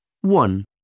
One